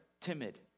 timid